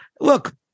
look